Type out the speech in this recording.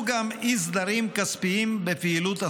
גם אי-סדרים כספיים בפעילות הסוכנות,